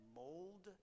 mold